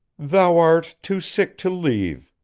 thou art too sick to leave,